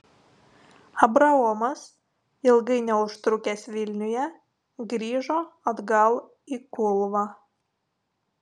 abraomas ilgai neužtrukęs vilniuje grįžo atgal į kulvą